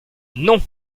non